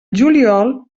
juliol